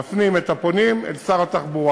מפנים את הפונים אל שר התחבורה.